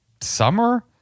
summer